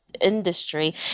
industry